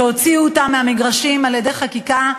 שהוציאו אותם מהמגרשים על-ידי חקיקה,